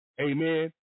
amen